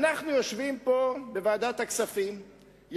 אנחנו יושבים פה בוועדת הכספים,